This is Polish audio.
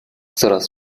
coraz